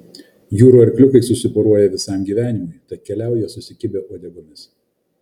jūrų arkliukai susiporuoja visam gyvenimui tad keliauja susikibę uodegomis